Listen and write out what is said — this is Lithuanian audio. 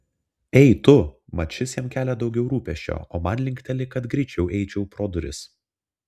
ei tu mat šis jam kelia daugiau rūpesčio o man linkteli kad greičiau eičiau pro duris